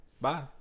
Bye